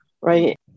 right